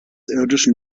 irdischen